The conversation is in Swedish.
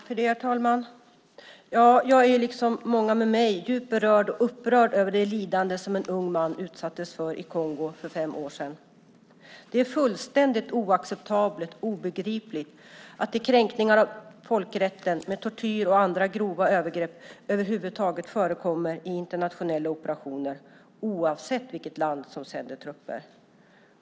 Herr talman! Jag är liksom många med mig djupt berörd och upprörd över det lidande som en ung man utsattes för i Kongo för fem år sedan. Det är fullständigt oacceptabelt och obegripligt att kränkningar av folkrätten med tortyr och andra grova övergrepp över huvud taget förekommer i internationella operationer, oavsett vilket land som sänder trupper.